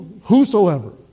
whosoever